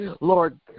Lord